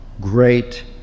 great